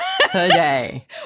today